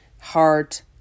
heart